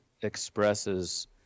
expresses